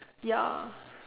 ya